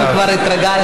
אנחנו כבר התרגלנו.